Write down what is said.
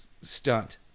stunt